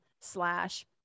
slash